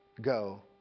go